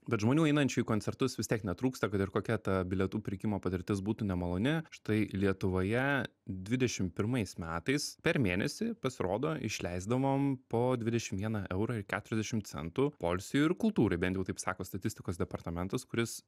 bet žmonių einančių į koncertus vis tiek netrūksta kad ir kokia ta bilietų pirkimo patirtis būtų nemaloni štai lietuvoje dvidešim pirmais metais per mėnesį pasirodo išleisdavom po dvidešim vieną eurą ir keturiasdešim centų poilsiui ir kultūrai bent jau taip sako statistikos departamentas kuris